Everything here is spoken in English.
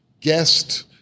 guest